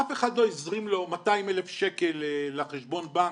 אף אחד לא הזרים לו 200 אלף שקל לחשבון בנק,